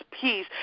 peace